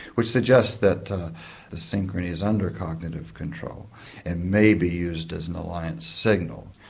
which suggests that the synchrony is under cognitive control and may be used as an alliance signal.